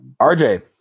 RJ